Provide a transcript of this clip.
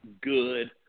good